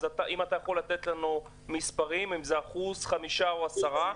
אז נשמח לדעת מהם אחוזי ההדבקה במסעדות.